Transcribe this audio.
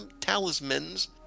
Talisman's